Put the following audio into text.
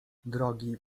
drogi